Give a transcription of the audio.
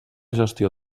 gestió